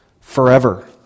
forever